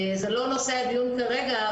זה לא נושא הדיון כרגע,